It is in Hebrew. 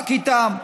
רק איתם.